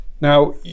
Now